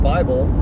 Bible